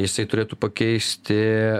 jisai turėtų pakeisti